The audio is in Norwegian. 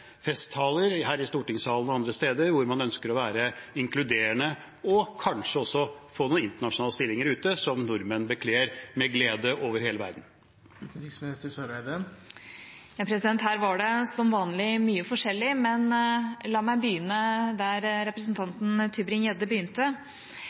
festtaler her i stortingssalen og andre steder at man ønsker å være inkluderende – og kanskje også få noen internasjonale stillinger ute, som nordmenn bekler med glede over hele verden? Her var det som vanlig mye forskjellig, men la meg begynne der